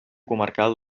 comarcal